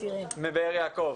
מבאר יעקב.